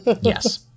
yes